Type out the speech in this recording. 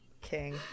King